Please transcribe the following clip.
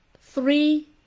three